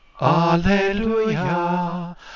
Alleluia